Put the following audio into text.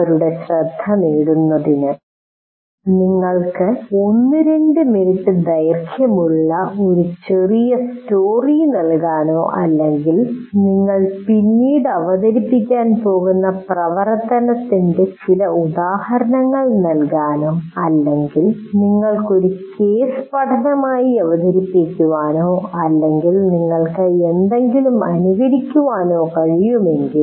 അവരുടെ ശ്രദ്ധ നേടുന്നതിന് നിങ്ങൾക്ക് 1 2 മിനിറ്റ് ദൈർഘ്യമുള്ള ഒരു ചെറിയ സ്റ്റോറി നൽകാനോ അല്ലെങ്കിൽ നിങ്ങൾ പിന്നീട് അവതരിപ്പിക്കാൻ പോകുന്ന പ്രവർത്തനത്തിന്റെ ചില ഉദാഹരണങ്ങൾ നൽകാനോ അല്ലെങ്കിൽ നിങ്ങൾക്ക് ഒരു കേസ് പഠനമായി അവതരിപ്പിക്കാനോ അല്ലെങ്കിൽ നിങ്ങൾക്ക് എന്തെങ്കിലും അനുകരിക്കാനോ കഴിയുമെങ്കിൽ